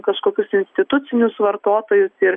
kažkokius institucinius vartotojus ir